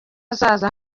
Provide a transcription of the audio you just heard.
hazaza